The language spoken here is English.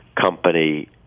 company